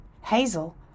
Hazel